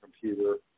computer